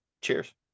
cheers